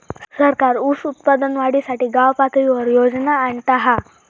सरकार ऊस उत्पादन वाढीसाठी गावपातळीवर योजना आणता हा